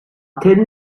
thin